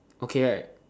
okay right